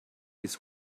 his